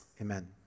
Amen